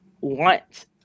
want